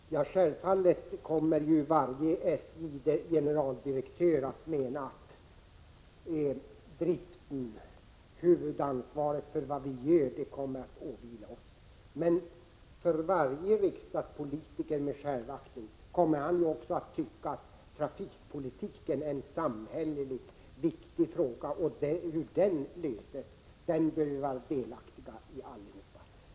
Herr talman! Självfallet kommer varje SJ-generaldirektör att tycka att huvudansvaret åvilar oss. Men varje riksdagspolitiker med självaktning kommer också att tycka att trafikpolitiken är en så viktig samhällelig fråga att alla bör vara delaktiga i hur den löses.